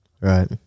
Right